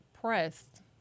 pressed